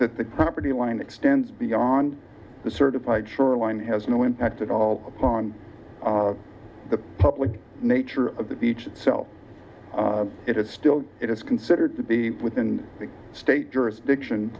that the property line extends beyond the certified shoreline has no impact at all upon the public nature of the beach itself it is still it is considered to be within the state jurisdiction